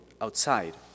outside